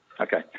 Okay